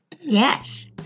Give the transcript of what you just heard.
Yes